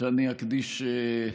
אדוני היושב-ראש,